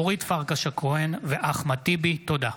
אורית פרקש הכהן ואחמד טיבי בנושא: